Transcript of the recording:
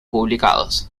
publicados